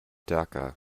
dhaka